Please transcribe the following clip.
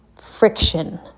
friction